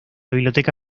biblioteca